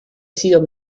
sido